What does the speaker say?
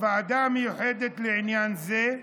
הוועדה המיוחדת לעניין זה,